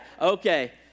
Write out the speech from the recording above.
okay